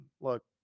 look